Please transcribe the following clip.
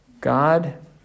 God